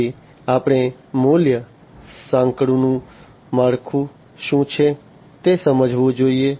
પછી આપણે મૂલ્ય સાંકળનું માળખું શું છે તે સમજવું જોઈએ